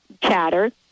chatter